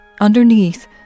Underneath